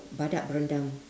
badak berendam